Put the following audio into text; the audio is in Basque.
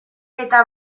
eta